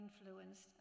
influenced